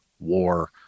war